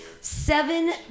seven